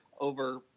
over